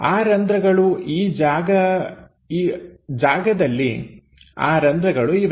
ಆ ರಂಧ್ರಗಳು ಈ ಜಾಗ ಜಾಗದಲ್ಲಿ ಆ ರಂಧ್ರಗಳು ಇವೆ